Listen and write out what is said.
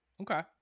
Okay